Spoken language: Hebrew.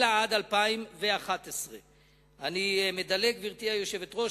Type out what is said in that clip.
אלא עד 2011. אני מדלג, גברתי היושבת-ראש.